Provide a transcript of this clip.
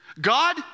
God